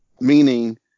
meaning